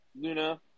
Luna